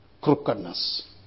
crookedness